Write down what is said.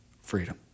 freedom